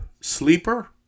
sleeper